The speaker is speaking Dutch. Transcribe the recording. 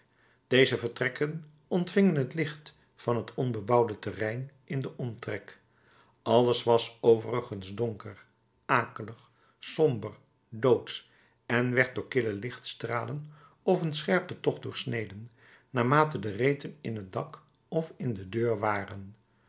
deze vertrekken ontvingen het licht van het onbebouwde terrein in den omtrek alles was overigens donker akelig somber doodsch en werd door kille lichtstralen of een scherpen tocht doorsneden naarmate de reten in t dak of in de deur waren